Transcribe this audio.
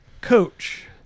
Coach